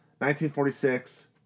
1946